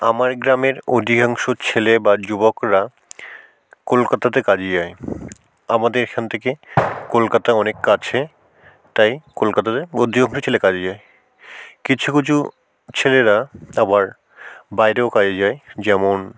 আমার গ্রামের অধিকাংশ ছেলে বা যুবকরা কলকাতাতে কাজে যায় আমাদের এখান থেকে কলকাতা অনেক কাছে তাই কলকাতাতে অধিকাংশ ছেলে কাজে যায় কিছু কিছু ছেলেরা আবার বাইরেও কাজে যায় যেমন